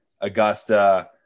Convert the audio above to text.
Augusta